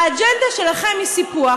האג'נדה שלכם היא סיפוח.